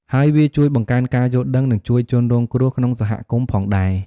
ហើយវាជួយបង្កើនការយល់ដឹង និងជួយជនរងគ្រោះក្នុងសហគមន៍ផងដែរ។